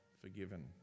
forgiven